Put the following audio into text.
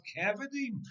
cavity